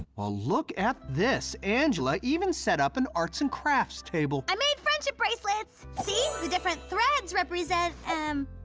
well, look at this, angela even set up an arts and crafts table. i made friendship bracelets. see, the different threads represent. um